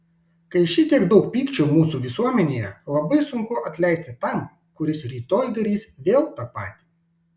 kai šitiek daug pykčio mūsų visuomenėje labai sunku atleisti tam kuris rytoj darys vėl tą patį